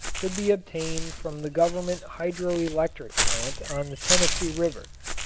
could be obtained from the government hydro-electric plant on the tennessee river,